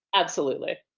absolutely.